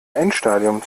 endstadium